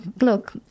look